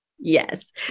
Yes